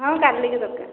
ହଁ କାଲିକି ଦରକାର